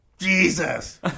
Jesus